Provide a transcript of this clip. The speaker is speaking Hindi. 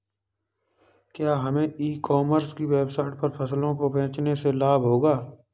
क्या हमें ई कॉमर्स की वेबसाइट पर फसलों को बेचने से लाभ होगा?